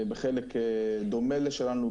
בחלק דומה לשלנו,